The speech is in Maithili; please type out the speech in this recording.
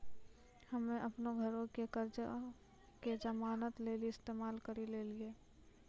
हम्मे अपनो घरो के कर्जा के जमानत लेली इस्तेमाल करि लेलियै